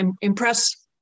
impress